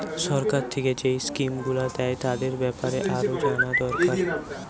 সরকার থিকে যেই স্কিম গুলো দ্যায় তাদের বেপারে আরো জানা দোরকার